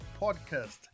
podcast